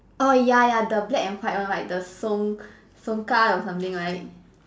oh ya ya the black and white one right the Song Song Kah or something right